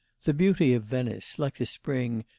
the beauty of venice, like the spring,